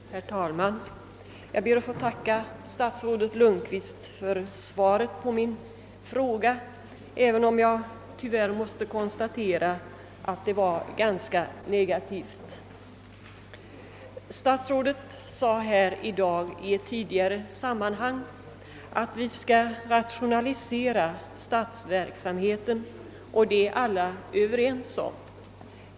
Herr talman! Jag ber att få tacka statsrådet Lundkvist för svaret på min fråga, även om jag tyvärr måste konstatera att det var ganska negativt. Statsrådet sade i ett tidigare sammanhang i dag att vi skall rationalisera statsverksamheten, och det är alla överens om.